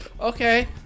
Okay